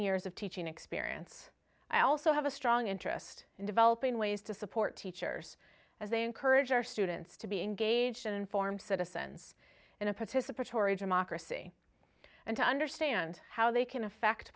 years of teaching experience i also have a strong interest in developing ways to support teachers as they encourage our students to be engaged informed citizens in a participatory democracy and to understand how they can effect